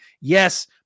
Yes